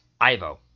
Ivo